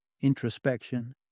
introspection